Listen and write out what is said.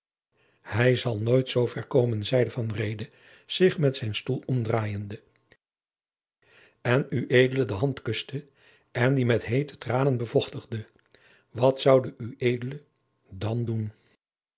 het zal nooit zoo ver komen zeide van reede zich met zijn stoel omdraaiende en ued de hand kuste en die met heete tranen bevochtigde wat zoude ued dan doen